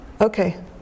okay